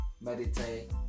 meditate